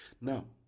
Now